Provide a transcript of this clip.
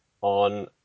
on